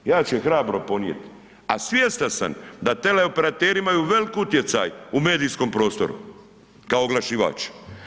Ja ću je hrabro ponijet, a svjestan sam da teleoperateri imaju velik utjecaj u medijskom prostoru kao oglašivač.